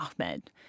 Ahmed